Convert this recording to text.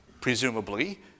presumably